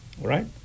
Right